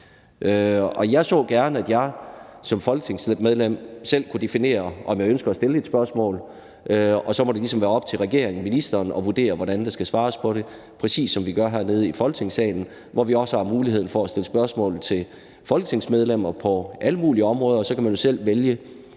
jeg så gerne, at jeg som folketingsmedlem selv kunne definere, om jeg ønsker at stille et spørgsmål, og at det så ligesom må være op til regeringen, ministeren, at vurdere, hvordan der skal svares på det, præcis som vi gør det hernede i Folketingssalen, hvor vi også har muligheden for at stille spørgsmål til folketingsmedlemmer på alle mulige områder, og så kan man jo selv vælge,